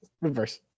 reverse